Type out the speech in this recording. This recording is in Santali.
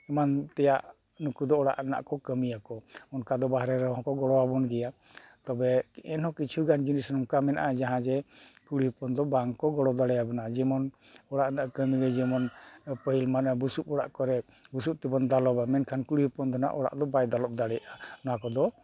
ᱮᱢᱟᱱ ᱛᱮᱭᱟᱜ ᱱᱩᱠᱩ ᱫᱚ ᱚᱲᱟᱜ ᱨᱮᱱᱟᱜ ᱠᱚ ᱠᱟᱹᱢᱤᱭᱟ ᱠᱚ ᱚᱱᱠᱟ ᱫᱚ ᱵᱟᱦᱨᱮ ᱨᱮ ᱦᱚᱸ ᱠᱚ ᱜᱚᱲᱚ ᱟᱵᱚᱱ ᱜᱮᱭᱟ ᱛᱚᱵᱮ ᱮᱱ ᱦᱚᱸ ᱠᱤᱪᱷᱩ ᱜᱟᱱ ᱱᱚᱝᱠᱟ ᱢᱮᱱᱟᱜᱼᱟ ᱡᱟᱦᱟᱸ ᱡᱮ ᱠᱩᱲᱤ ᱦᱚᱯᱚᱱ ᱫᱚ ᱵᱟᱝ ᱠᱚ ᱜᱚᱲᱚ ᱫᱟᱲᱮᱭᱟᱵᱚᱱᱟ ᱡᱮᱢᱚᱱ ᱚᱲᱟᱜ ᱨᱮᱱᱟᱜ ᱠᱟᱹᱢᱤ ᱡᱮᱢᱚᱱ ᱯᱟᱹᱦᱤᱞ ᱢᱟᱱᱮ ᱵᱩᱥᱩᱵ ᱚᱲᱟᱜ ᱠᱚᱨᱮᱜ ᱵᱩᱥᱩᱵ ᱛᱮᱵᱚᱱ ᱫᱟᱞᱚᱵᱟ ᱢᱮᱱᱠᱷᱟᱱ ᱠᱩᱲᱤ ᱦᱚᱯᱚᱱ ᱫᱚ ᱱᱟᱦᱟᱜ ᱚᱲᱟᱜ ᱫᱚ ᱵᱟᱭ ᱫᱟᱞᱚᱵ ᱫᱟᱲᱮᱭᱟᱜᱼᱟ ᱚᱱᱟ ᱠᱚᱫᱚ